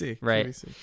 Right